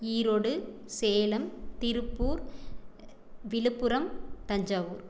Erode Salem Tiruppur Villupuram Thanjavur